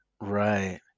Right